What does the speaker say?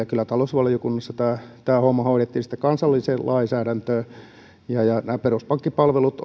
kyllä talousvaliokunnassa tämä homma hoidettiin sitten kansalliseen lainsäädäntöön ja ja nämä peruspankkipalvelut